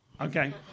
Okay